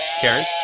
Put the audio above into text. Karen